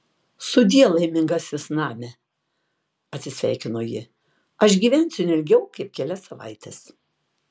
sudieu laimingasis name atsisveikino ji aš gyvensiu ne ilgiau kaip kelias savaites